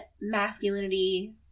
masculinity